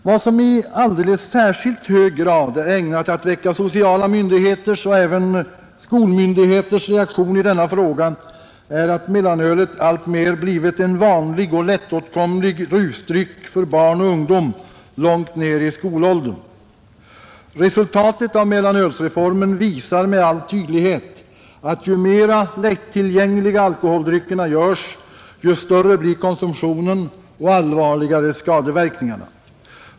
Vad som i alldeles särskilt hög grad är ägnat att väcka sociala myndigheters och även skolmyndigheters reaktion i denna fråga är, att mellanölet alltmer blivit en vanlig och lättåtkomlig rusdryck för barn och ungdom långt ner i skolåldern. Resultatet av mellanölsreformen visar med all tydlighet, att ju mera lättillgängliga alkoholdryckerna görs ju större blir konsumtionen och allvarligare skadeverkningarna.